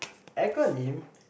acronym